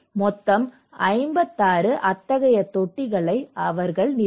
மொத்தம் 56 அத்தகைய தொட்டிகளை அவர்கள் நிறுவினர்